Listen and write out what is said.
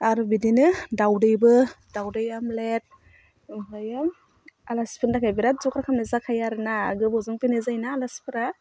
आरो बिदिनो दाउदैबो दाउदै आमब्लेद ओमफ्रायो आलासिफोरनि थाखाय बिराद जगार खालामनाय जाखायो आरो ना गोबावजों फैनाय जायो ना आलासिफ्रा